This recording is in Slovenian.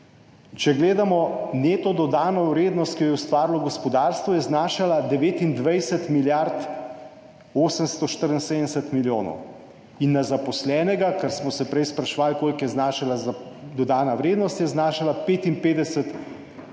Če gledamo neto dodano vrednost, ki jo je ustvarilo gospodarstvo, je znašala 29 milijard 874 milijonov in na zaposlenega, kar smo se prej spraševali, koliko je znašala dodana vrednost, je znašala 55 tisoč